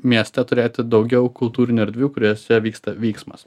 miestą turėti daugiau kultūrinių erdvių kuriose vyksta vyksmas